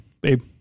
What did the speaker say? babe